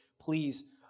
please